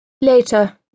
Later